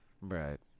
Right